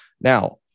Now